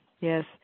yes